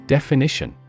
Definition